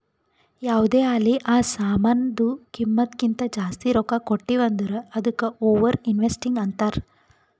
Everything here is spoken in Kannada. ಯಾವ್ದೇ ಆಲಿ ಆ ಸಾಮಾನ್ದು ಕಿಮ್ಮತ್ ಕಿಂತಾ ಜಾಸ್ತಿ ರೊಕ್ಕಾ ಕೊಟ್ಟಿವ್ ಅಂದುರ್ ಅದ್ದುಕ ಓವರ್ ಇನ್ವೆಸ್ಟಿಂಗ್ ಅಂತಾರ್